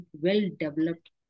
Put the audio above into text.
well-developed